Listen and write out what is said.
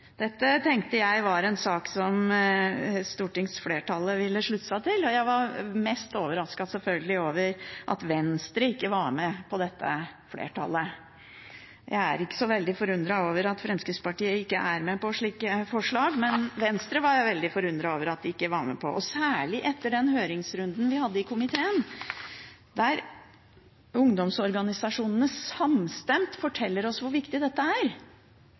Dette tenkte jeg var en sak som stortingsflertallet ville slutte seg til. Mest overrasket var jeg selvfølgelig over at Venstre ikke var med på dette flertallet. Jeg er ikke så veldig forundret over at Fremskrittspartiet ikke er med på slike forslag, men Venstre er jeg veldig forundret over ikke var med, særlig etter den høringsrunden vi hadde i komiteen, der ungdomsorganisasjonene samstemt fortalte oss hvor viktig dette er.